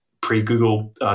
pre-Google